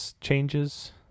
changes